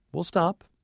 we'll stop.